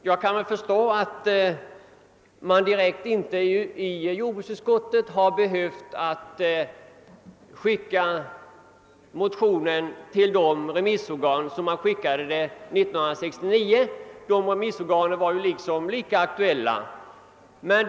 Jag kan förstå att jordbruksutskottet inte velat skicka motionerna till samma remissorgan som 1969; deras yttranden är naturligtvis lika aktuella i år.